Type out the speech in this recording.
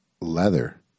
leather